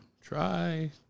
try